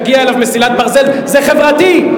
תגיע אליו מסילת ברזל, זה חברתי.